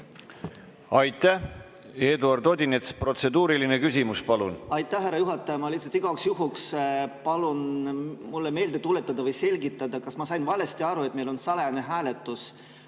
Aitäh! Eduard Odinets, protseduuriline küsimus, palun! Aitäh, härra juhataja! Ma lihtsalt igaks juhuks palun mulle meelde tuletada või selgitada, kas ma sain valesti aru, et meil on salajane hääletus.